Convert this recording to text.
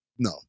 No